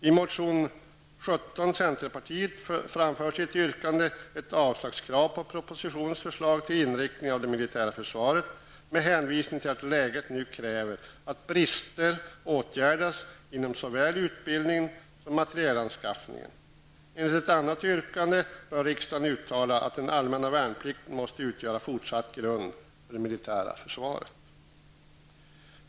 I motion Fö17 från centerpartiet framförs i ett yrkande ett avslagskrav på propositionens förslag till inriktning av det militära försvaret med hänvisning till att läget nu kräver att brister åtgärdas inom såväl utbildningen som materielanskaffningen. Enligt ett annat yrkande bör riksdagen uttala att den allmänna värnplikten måste utgöra fortsatt grund för det militära försvaret.